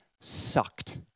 sucked